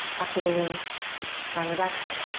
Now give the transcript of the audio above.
activating down your back side.